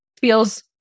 feels